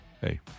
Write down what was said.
Hey